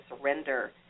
surrender